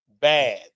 bad